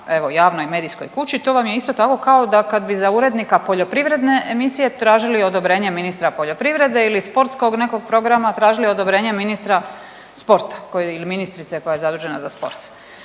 javnoj medijskoj kući. To vam je isto tako kao da kad bi za urednika poljoprivredne emisije tražili odobrenje ministra poljoprivrede ili sportskog nekog programa tražili odobrenje ministra sporta ili ministrice koja je zadužena za sport.